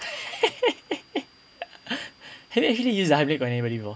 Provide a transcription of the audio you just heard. have you actually used the hiemlich on anybody before